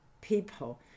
people